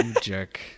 jerk